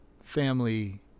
family